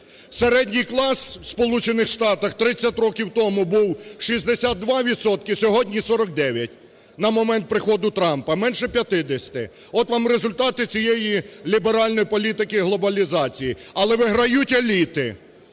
Середній клас в Сполучених Штатах 30 років тому був 62 відсотки, сьогодні – 49, на момент приходу Трампа – менше 50. От вам результати цієї ліберальної політики глобалізації, але виграють еліти.